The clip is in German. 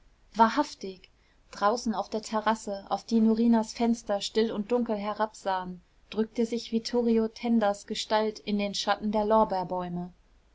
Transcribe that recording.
wahrhaftig draußen auf der terrasse auf die norinas fenster still und dunkel herabsahen drückte sich vittorio tendas gestalt in den schatten der lorbeerbäume